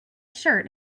shirt